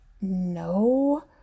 No